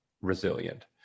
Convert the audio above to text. resilient